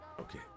okay